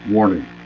Warning